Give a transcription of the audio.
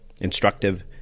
instructive